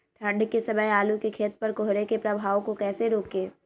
ठंढ के समय आलू के खेत पर कोहरे के प्रभाव को कैसे रोके?